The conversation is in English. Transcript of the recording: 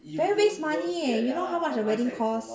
why waste money do you know how much a wedding costs